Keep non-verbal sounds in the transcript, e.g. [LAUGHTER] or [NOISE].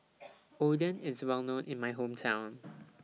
[NOISE] Oden IS Well known in My Hometown